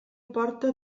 porta